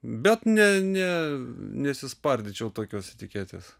bet ne ne nesispardyčiau tokios etiketės